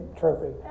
trophy